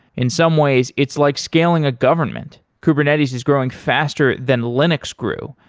in some ways, it's like scaling a government. kubernetes is growing faster than linux grew,